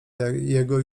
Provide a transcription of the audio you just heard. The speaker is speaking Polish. jego